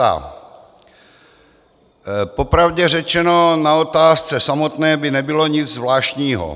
Po pravdě řečeno, na otázce samotné by nebylo nic zvláštního.